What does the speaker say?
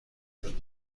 دارم